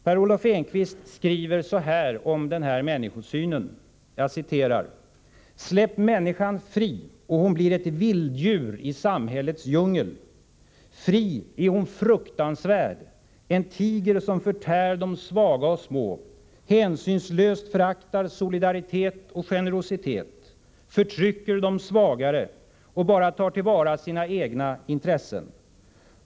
Per Olov Enqvist skriver om denna människosyn: ”Släpp människan fri och hon blir ett vilddjur i samhällets djungel. Fri är hon fruktansvärd, en tiger som förtär de svaga och små, hänsynslöst föraktar solidaritet och generositet, förtrycker de svagare, och bara tar till vara sina egna intressen.